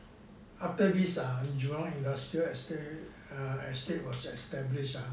after err this jurong industrial estate estate was established ah